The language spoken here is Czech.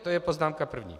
To je poznámka první.